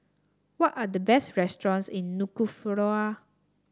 what are the best restaurants in Nuku'alofa